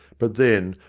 but then,